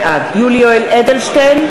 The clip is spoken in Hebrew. בעד יולי יואל אדלשטיין,